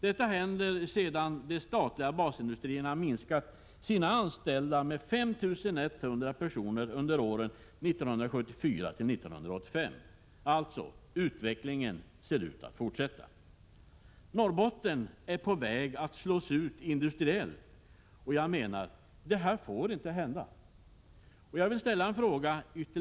Detta händer sedan de statliga basindustrierna minskat sina anställda med 5 100 under åren 1974-1985. Utvecklingen ser ut att fortsätta. Norrbotten är på väg att slås ut industriellt. Det får inte hända!